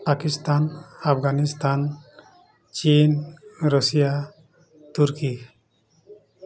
ପାକିସ୍ତାନ ଆଫଗାନିସ୍ତାନ ଚୀନ ରଷିଆ ତୁର୍କୀ